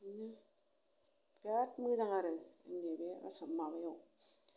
बिराद मोजां आरो जोंनि बे आसाम माबायाव